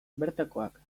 bertakoak